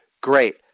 great